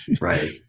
Right